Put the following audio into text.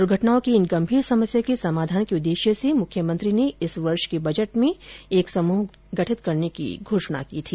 द्र्घटनाओं की इन गंभीर समस्या के समाधान के उद्देश्य से ही मुख्यमंत्री ने इस वर्ष के बजट में मंत्रियों का एक समूह गठित करने की घोषणा की थी